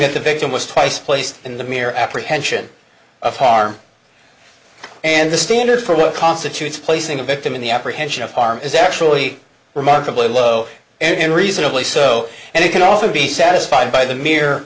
that the victim was twice placed in the mere apprehension of harm and the standard for what constitutes placing a victim in the apprehension of harm is actually remarkably low and reasonably so and it can also be satisfied by the mere